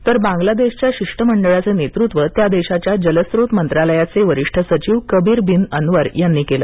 तर बांग्लादेशच्या शिष्टमंडळाचं नेतृत्व त्या देशाच्या जलस्रोत मंत्रालयाचे वरिष्ठ सचिव कबीर बिन अन्वर यांनी केलं